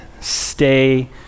Stay